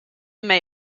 may